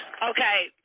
Okay